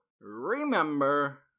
remember